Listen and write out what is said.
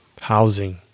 housing